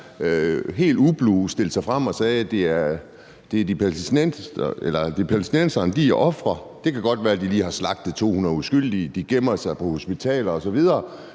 helt ublu stillede sig op og sagde: Palæstinenserne er ofre. Det kan godt være, at de lige har slagtet 200 uskyldige, at de gemmer sig på hospitaler osv.,